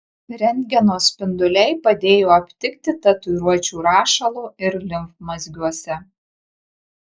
rentgeno spinduliai padėjo aptikti tatuiruočių rašalo ir limfmazgiuose